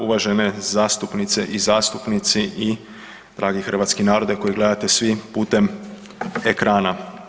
Uvažene zastupnice i zastupnici i dragi hrvatski narode koji gledate svi putem ekrana.